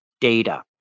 data